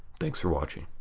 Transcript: thanks for watching.